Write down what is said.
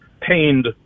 pained